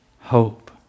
hope